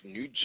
New